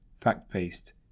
fact-based